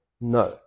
No